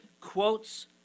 quotes